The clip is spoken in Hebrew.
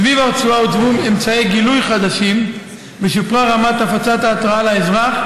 סביב הרצועה הוצבו אמצעי גילוי חדשים ושופרה רמת הפצת ההתרעה לאזרח,